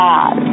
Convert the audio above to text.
God